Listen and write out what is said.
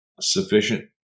sufficient